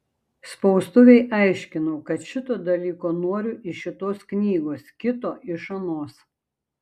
spaustuvei aiškinau kad šito dalyko noriu iš šitos knygos kito iš anos